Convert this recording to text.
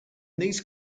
these